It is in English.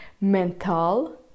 Mental